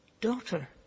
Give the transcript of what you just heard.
Daughter